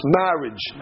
marriage